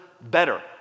better